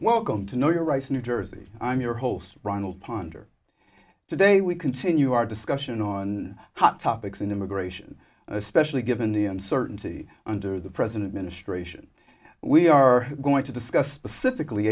welcome to know your rights new jersey i'm your host ronald ponder today we continue our discussion on hot topics and immigration especially given the uncertainty under the present ministration we are going to discuss pacifically